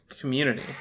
community